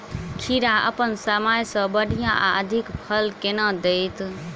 खीरा अप्पन समय सँ बढ़िया आ अधिक फल केना देत?